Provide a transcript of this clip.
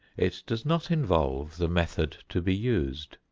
it does not involve the method to be used.